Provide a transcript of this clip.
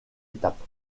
étape